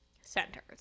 centers